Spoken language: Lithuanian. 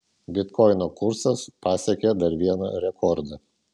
bitkoino kursas pasiekė dar vieną rekordą